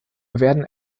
werden